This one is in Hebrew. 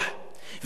ולפי דעתי,